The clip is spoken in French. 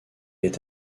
est